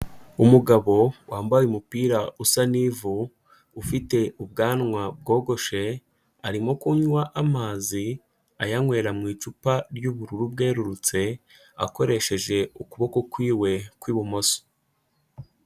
Umugabo wambaye umupira usa n'ivu, ufite ubwanwa bwogoshe, arimo kunywa amazi, ayanywera mu icupa ry'ubururu bwerurutse, akoresheje ukuboko kwiwe kw'ibumoso.